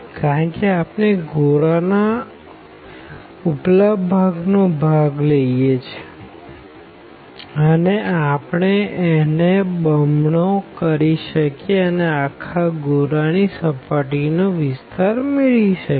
કારણ કે આપણે ગોળાના ઉપલા ભાગનો ભાગ લઇ એ છે અને આપણે એને બમણો કરી શકીએ અને આખા ગોળા ની સર્ફેસ નો વિસ્તાર મેળવી શકીએ